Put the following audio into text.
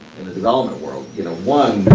in the developement world, you know. one,